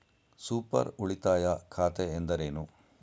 Super ಉಳಿತಾಯ ಖಾತೆ ಎಂದರೇನು?